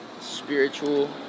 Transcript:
spiritual